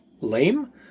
lame